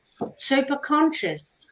superconscious